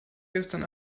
gestern